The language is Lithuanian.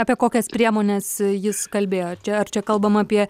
apie kokias priemones jis kalbėjo čia ar čia kalbama apie